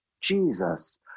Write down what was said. Jesus